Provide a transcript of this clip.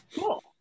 Cool